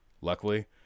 Luckily